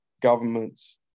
governments